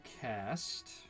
cast